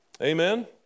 Amen